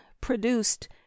produced